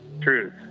Truth